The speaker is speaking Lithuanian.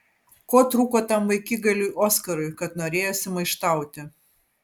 ko trūko tam vaikigaliui oskarui kad norėjosi maištauti